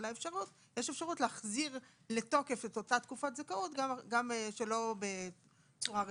אלא יש אפשרות להחזיר לתוקף את אותה תקופת זכאות גם שלא בצורה רציפה.